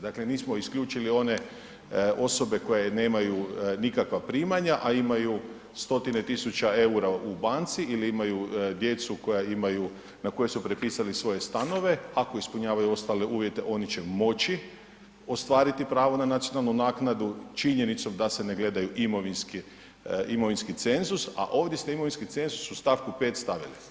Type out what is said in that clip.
Dakle, mi smo isključili one osobe koje nemaju nikakva primanja, a imaju stotine tisuća EUR-a u banci ili imaju djecu koja imaju, na koje su prepisali svoje stanove, ako ispunjavaju ostale uvjete oni će moći ostvariti pravo na nacionalnu naknadu činjenicom da se ne gledaju imovinski, imovinski cenzus, a ovdje ste imovinski cenzus u st. 5. stavili.